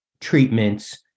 treatments